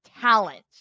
talent